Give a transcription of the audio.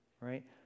right